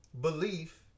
belief